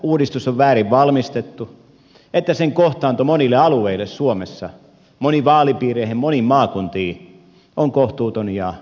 uudistus on väärin valmistettu ja sen kohtaanto monille alueille suomessa moniin vaalipiireihin moniin maakuntiin on kohtuuton ja epäoikeudenmukainen